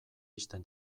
ixten